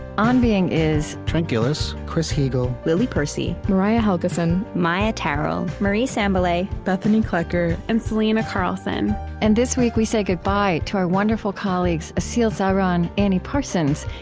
on being is trent gilliss, chris heagle, lily percy, mariah helgeson, maia tarrell, marie sambilay, bethanie kloecker, and selena carlson and this week, we say goodbye to our wonderful colleagues aseel zahran, annie parsons,